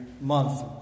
month